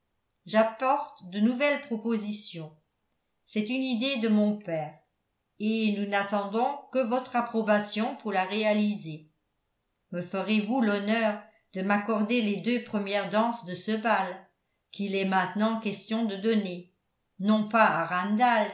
j'apporte de nouvelles propositions c'est une idée de mon père et nous n'attendons que votre approbation pour la réaliser me ferez-vous l'honneur de m'accorder les deux premières danses de ce bal qu'il est maintenant question de donner non pas à